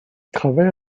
travaille